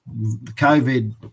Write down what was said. COVID